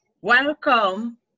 welcome